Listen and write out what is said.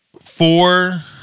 four